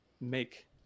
make